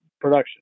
production